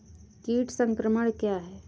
कीट संक्रमण क्या है?